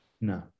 No